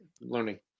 learning